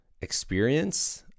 experience